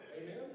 Amen